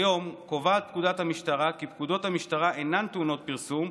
כיום קובעת פקודת המשטרה כי פקודות המשטרה אינן טעונות פרסום,